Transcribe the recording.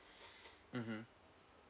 mmhmm